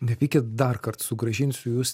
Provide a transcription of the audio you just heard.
nepykit darkart sugrąžinsiu jus